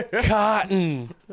Cotton